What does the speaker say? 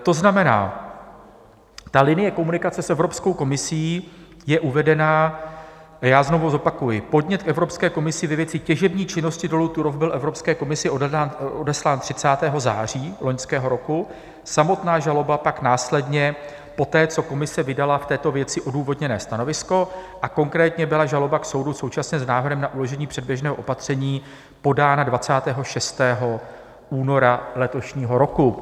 To znamená, linie komunikace s Evropskou komisí je uvedena, a já znovu zopakuji: podnět k Evropské komisi ve věci těžební činnosti dolu Turów byl Evropské komisi odeslán 30. září loňského roku, samotná žaloba pak následně poté, co komise vydala v této věci odůvodněné stanovisko, a konkrétně byla žaloba k soudu současně s návrhem na uložení předběžného opatření podána 26. února letošního roku.